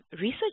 Research